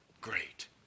great